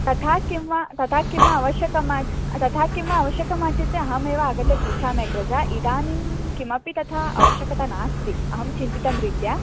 तथा किं वा तथा किम् अवश्यकम् तथा किम् आवश्यकमासीत् अहमेव आगत्य पृच्छामि अग्रज इदानीं किमपि तथा अवश्यकता नास्ति अहं चिन्तितं रीत्या